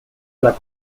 alla